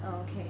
oh okay